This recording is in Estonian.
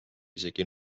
isegi